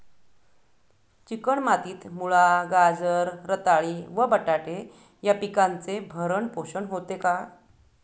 Chicken मातीत मुळा, गाजर, रताळी व बटाटे या पिकांचे भरण पोषण होते का?